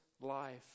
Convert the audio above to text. life